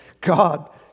God